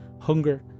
hunger